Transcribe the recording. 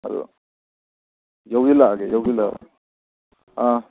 ꯑꯗꯣ ꯌꯧꯁꯤꯜꯂꯛꯑꯒꯦ ꯌꯧꯁꯤꯜꯂꯛꯑꯒꯦ ꯑꯥ